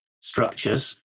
structures